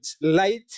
light